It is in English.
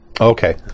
Okay